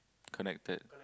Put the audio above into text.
connected